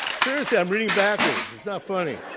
seriously, i'm reading backwards. it's not funny.